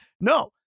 No